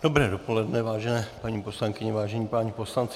Dobré dopoledne, vážené paní poslankyně, vážení páni poslanci.